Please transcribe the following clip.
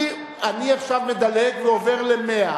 אני עכשיו מדלג ועובר ל-100.